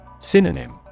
Synonym